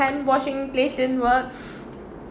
~nd washing place didn't work